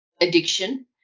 addiction